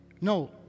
No